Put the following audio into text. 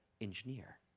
engineer